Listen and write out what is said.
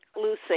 Lucy